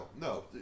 no